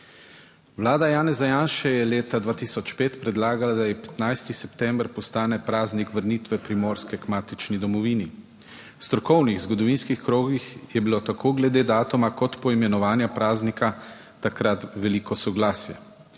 Vlada Janeza Janše je leta 2005 predlagala, da je 15. september postane praznik vrnitve Primorske k matični domovini. V strokovnih zgodovinskih krogih je bilo tako glede datuma kot poimenovanja praznika takrat veliko soglasje.